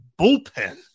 bullpen